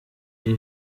iyi